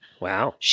wow